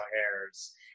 hairs